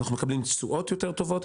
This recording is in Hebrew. היום אנחנו מקבלים תשואות יותר טובות,